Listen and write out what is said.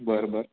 बरं बरं